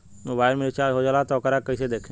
Mobile में recharge हो जाला त वोकरा के कइसे देखी?